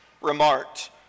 remarked